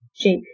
Jake